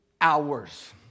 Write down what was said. hours